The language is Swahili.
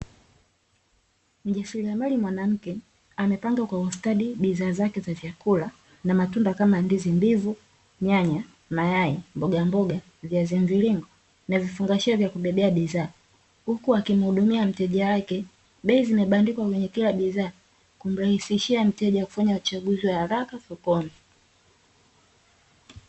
Mjasiriamali mwanamke amepanga kwa ustadi bidhaa zake za vyakula na matunda kama ndizi mbivu, nyanya, mayai, mbogamboga, viazi mviringo na vifungashia vya kubebea bidhaa huku akimhudumia mteja wake, bei zimebandikwa kwenye kila bidhaa kumrahisishia mteja kufanya uchunguzi wa haraka sokoni .